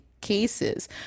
cases